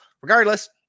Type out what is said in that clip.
regardless